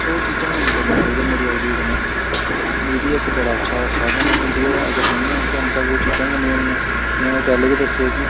सो ओह् चीजां नेईं करनियां चाहि दियां मेरे आइडिये कन्नै ते मीडिया इक बड़ा अच्छा साधन ऐ मीडिया अगर नेईं होग ते उन्न तक ओह् चीजां गै हैन्नी होनियां जि'यां में पैह्लें गै दस्सेआ कि